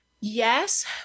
Yes